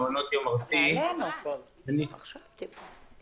ולהם יש כרגע את המצוקה שלהם,